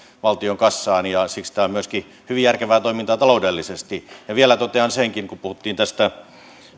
valtion kassaan ja siksi tämä on myöskin hyvin järkevää toimintaa taloudellisesti ja vielä totean senkin että kun puhuttiin tästä